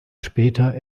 später